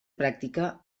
pràctica